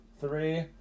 three